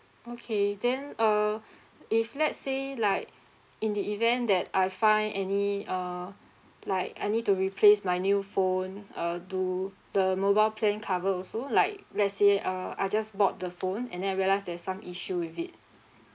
okay then uh if let's say like in the event that I find any uh like I need to replace my new phone uh do the mobile plan cover also like let's say uh I just bought the phone and then I realise there's some issue with it